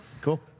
Cool